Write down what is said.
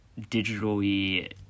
digitally